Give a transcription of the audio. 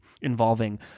involving